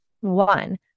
One